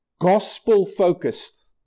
gospel-focused